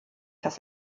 das